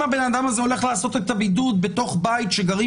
אם הבן אדם הזה הולך לעשות את הבידוד בתוך בית שגרים